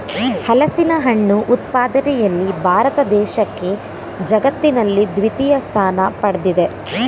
ಹಲಸಿನಹಣ್ಣು ಉತ್ಪಾದನೆಯಲ್ಲಿ ಭಾರತ ದೇಶಕ್ಕೆ ಜಗತ್ತಿನಲ್ಲಿ ದ್ವಿತೀಯ ಸ್ಥಾನ ಪಡ್ದಿದೆ